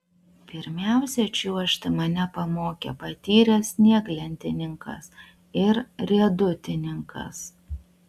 pirmiausia čiuožti mane pamokė patyręs snieglentininkas ir riedutininkas